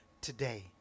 today